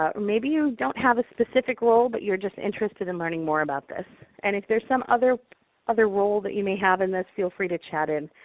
ah maybe you don't have a specific role, but you're just interested in learning more about this. and if there's some other other role that you may have in this, feel free to chat in.